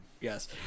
Yes